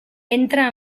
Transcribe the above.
entra